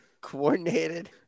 coordinated